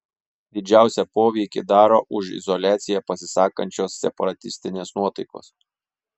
didžiausią poveikį daro už izoliaciją pasisakančios separatistinės nuotaikos